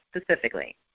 specifically